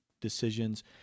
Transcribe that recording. decisions